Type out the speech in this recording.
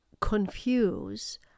confuse